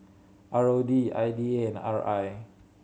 R O D I D A and R I